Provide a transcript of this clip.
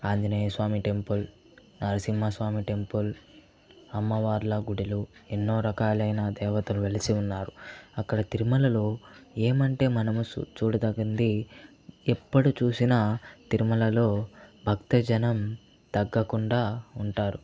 Anjaneya Swami temple Narasimhaswamy temple అమ్మవార్ల గుడులు ఎన్నో రకాలైన దేవతలు వెలసి ఉన్నారు అక్కడ తిరుమలలో ఏమంటే మనము సూ చూడదగింది ఎప్పడు చూసినా తిరుమలలో భక్తజనం తగ్గకుండా ఉంటారు